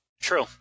True